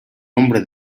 hombre